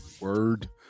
Word